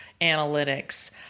analytics